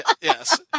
Yes